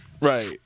Right